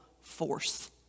force